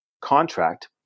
contract